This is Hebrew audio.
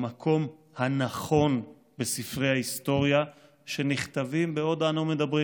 במקום הנכון בספרי ההיסטוריה שנכתבים בעוד אנו מדברים.